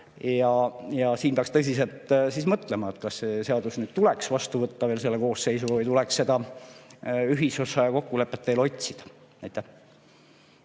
Siin peaks tõsiselt mõtlema, kas see seadus tuleks vastu võtta veel selle koosseisuga või tuleks seda ühisosa ja kokkulepet veel otsida. Marika